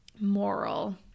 Moral